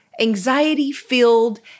anxiety-filled